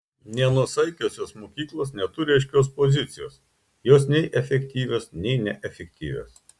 nenuosaikiosios mokyklos neturi aiškios pozicijos jos nei efektyvios nei neefektyvios